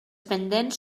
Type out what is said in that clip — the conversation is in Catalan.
pendents